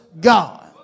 God